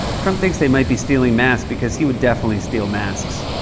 trump thinks they might be stealing masks because he would definitely steal masks.